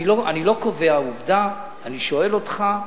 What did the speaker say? אני לא קובע עובדה, אני שואל אותך.